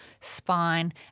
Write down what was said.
spine